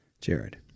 Jared